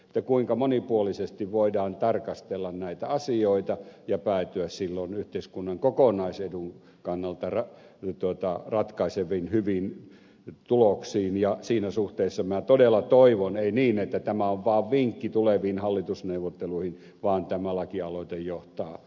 ja kuinka monipuolisesti voidaan tarkastella näitä asioita ja päätyä silloin yhteiskunnan kokonaisedun kannalta ratkaiseviin hyviin tuloksiin ja siinä suhteessa minä todella toivon että tämä ei ole vaan vinkki tuleviin hallitusneuvotteluihin vaan tämä lakialoite johtaa lainsäädäntöön